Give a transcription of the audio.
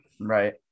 right